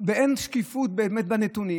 ואין באמת שקיפות בנתונים,